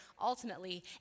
ultimately